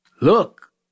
Look